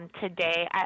today